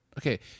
Okay